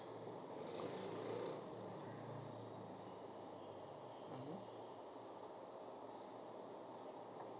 mmhmm